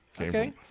Okay